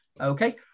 Okay